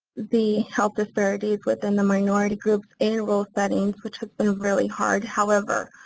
the health disparities within the minority groups and rural settings which has been really hard. however,